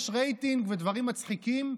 יש רייטינג ודברים מצחיקים,